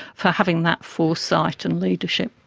for having that foresight and leadership.